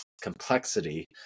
complexity